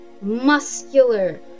Muscular